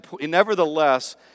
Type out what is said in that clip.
nevertheless